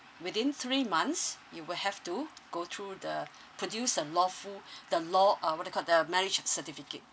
within three months you will have to go through the produce a lawful the law uh what do you call the marriage certificate